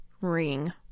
ring